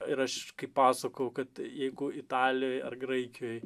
ir aš kaip pasakojau kad jeigu italijoj ar graikijoj